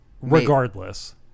Regardless